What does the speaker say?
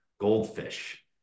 goldfish